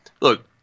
Look